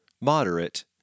moderate